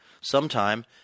sometime